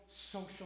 social